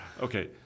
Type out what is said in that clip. Okay